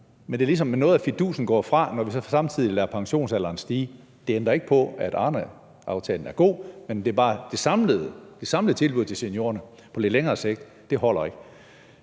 men det er, ligesom om noget af fidusen går fra, når vi så samtidig lader pensionsalderen stige. Det ændrer ikke på, at Arneaftalen er god, men det er bare det samlede tilbud til seniorerne på lidt længere sigt, der ikke